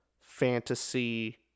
fantasy